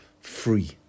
free